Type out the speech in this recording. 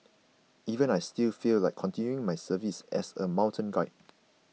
even I still feel like continuing my services as a mountain guide